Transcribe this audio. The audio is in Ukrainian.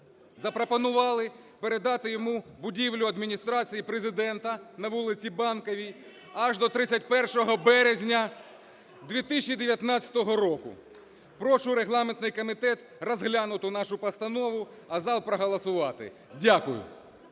запропонували передати йому будівлю Адміністрації Президента на вулиці Банковій аж до 31 березня 2019 року. Прошу регламентний комітет розглянути нашу постанову, а зал проголосувати. Дякую.